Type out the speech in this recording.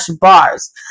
bars